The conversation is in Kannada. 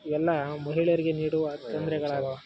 ಇವೆಲ್ಲಾ ಮಹಿಳೆಯರಿಗೆ ನೀಡುವ ತೊಂದರೆಗಳಾಗಿವೆ